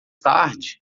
tarde